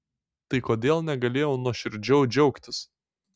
tai kodėl negalėjau nuoširdžiau džiaugtis